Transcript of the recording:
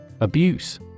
Abuse